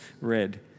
read